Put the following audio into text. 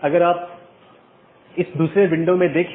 BGP एक बाहरी gateway protocol है